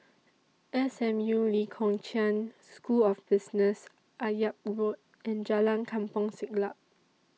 S M U Lee Kong Chian School of Business Akyab Road and Jalan Kampong Siglap